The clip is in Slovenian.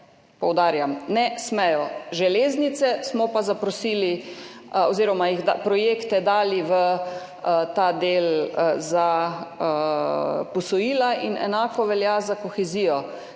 poudarjam, ne smejo, za železnice smo pa zaprosili oziroma projekte dali v ta del za posojila in enako velja za kohezijo.